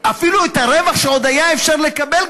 אפילו את הרווח שעוד היה אפשר לקבל,